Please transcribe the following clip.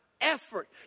effort